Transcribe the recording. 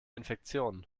infektionen